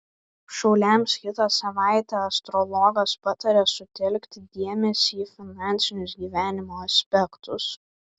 šauliams kitą savaitę astrologas pataria sutelkti dėmesį į finansinius gyvenimo aspektus